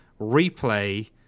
replay